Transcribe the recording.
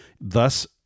Thus